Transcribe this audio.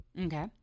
Okay